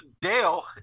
dale